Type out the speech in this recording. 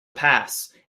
pass